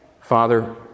Father